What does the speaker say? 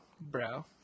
Bro